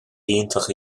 iontach